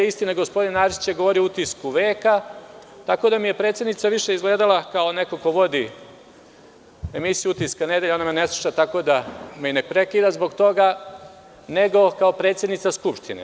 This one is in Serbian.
Istina gospodin Arsić je govorio o utisku veka, tako da mi je predsednica više izgledala kao neko ko vodi emisiju „Utisak nedelje“, ona me ne sluša, tako da me ne prekida, a ne kao predsednica Skupštine.